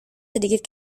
sedikit